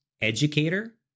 educator